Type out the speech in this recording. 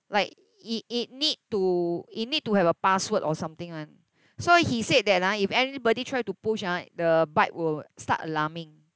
like it it need to it need to have a password or something [one] so he said that ah if anybody try to push ah the bike will start alarming